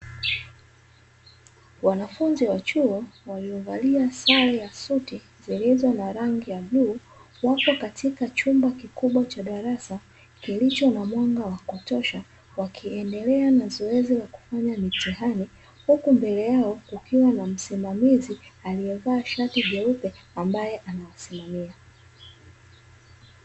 Wanafunzi wa chuo waliovalia sare ya suti zilizo na rangi ya bluu wapo katika chumba kikubwa cha darasa kilicho na mwanga wa kutosha wakiendelea na mazoezi la kufanya mitihani, huku mbele yao kukiwa na msimamizi aliyevaa shati jeupe ambaye anawasimamia.